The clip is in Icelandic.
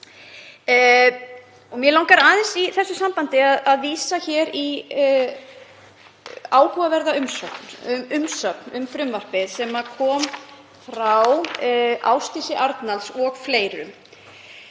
Mig langar aðeins í þessu sambandi að vísa í áhugaverða umsögn um frumvarpið sem kom frá Ásdísi A. Arnalds og fleirum.